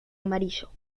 amarillo